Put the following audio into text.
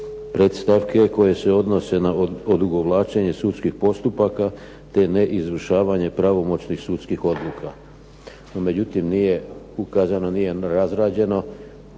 predstavke koje se odnose na odugovlačenje sudskih postupaka, te ne izvršavanje pravomoćnih sudskih odluka. No međutim, nije ukazano, nije razrađeno